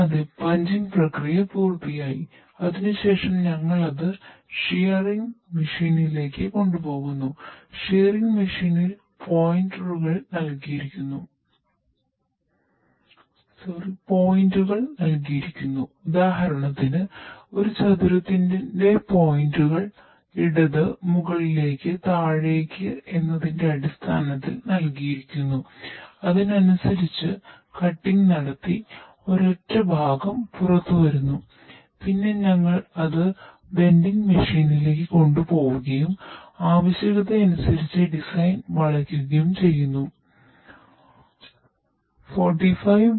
അതെ പഞ്ചിംഗ്